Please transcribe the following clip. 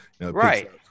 Right